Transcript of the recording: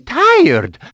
tired